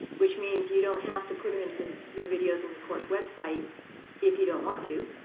which means you don't have to put them into your videos in the course website if you don't want to.